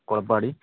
Kolappadi